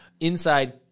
inside